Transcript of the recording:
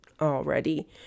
already